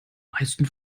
meisten